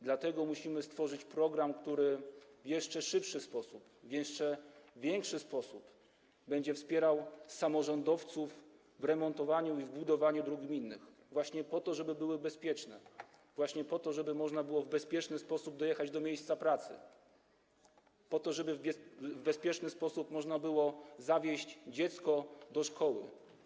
Dlatego musimy stworzyć program, który w jeszcze szybszy sposób, w jeszcze lepszy sposób będzie wspierał samorządowców w remontowaniu i budowaniu dróg gminnych, żeby były bezpieczne, żeby można było w bezpieczny sposób dojechać do miejsca pracy, żeby w bezpieczny sposób można było zawieźć dziecko do szkoły.